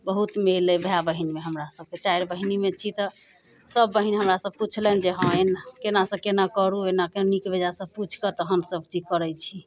बहुत मेल अइ भाय बहिनमे हमरा सभके चारि बहिनीमे छी तऽ सभ बहिन हमरासँ पुछलनि जे हँ केना से केना करू एना के नीक बेजाय सभ पुछि कऽ तहन सभ चीज करैत छी